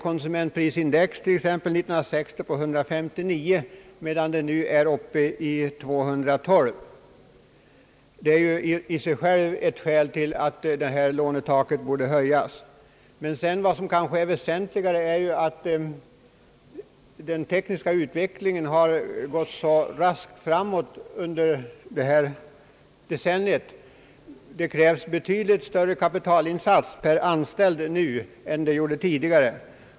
Konsumentprisindex var t.ex. 159 år 1960 och är nu uppe i 212. Detta är ju i sig självt ett skäl till att lånetaket borde höjas. Men än väsentligare är kanske, att den tekniska utvecklingen under samma tid gått så raskt framåt. Det krävs betydligt större kapitalinsats per anställd nu än tidigare.